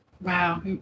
Wow